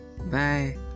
Bye